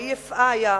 ה-EFI,